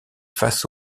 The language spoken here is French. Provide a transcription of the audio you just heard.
face